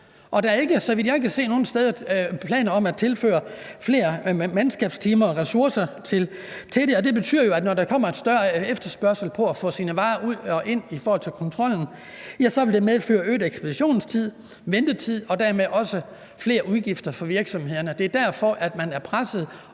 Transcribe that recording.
se nogen steder, planer om at tilføre flere mandskabstimer og ressourcer til det, og det betyder jo, at når der kommer en større efterspørgsel på at få sine varer ud og ind i forhold til kontrollen, vil det medføre øget ekspeditionstid, ventetid og dermed også flere udgifter for virksomhederne. Det er derfor, at man er presset,